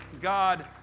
God